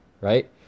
Right